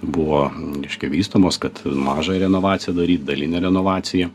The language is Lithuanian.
buvo reiškia vystomos kad mažąją renovaciją daryt dalinę renovaciją